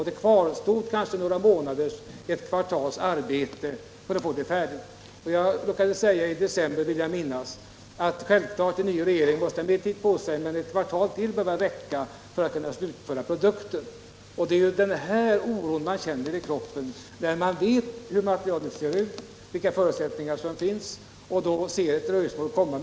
Det kvarstod kanske några månader eller något kvartal för att få det hela färdigt. Jag vill minnas att jag i december råkade säga att en ny regering självklart måste ha en viss tid på sig, men att ett extra kvartal borde räcka för att kunna slutföra arbetet. Man känner oro i kroppen när man vet hur materialet ser ut och vilka förutsättningar som finns, samtidigt som man ser att det kommer att bli ett dröjsmål.